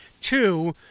Two